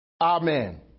Amen